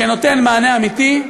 שנותן מענה אמיתי,